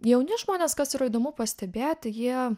jauni žmonės kas yra įdomu pastebėti jie